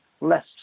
less